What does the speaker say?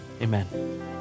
Amen